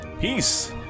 peace